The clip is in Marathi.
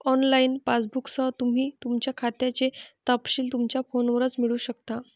ऑनलाइन पासबुकसह, तुम्ही तुमच्या खात्याचे तपशील तुमच्या फोनवरच मिळवू शकता